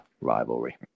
rivalry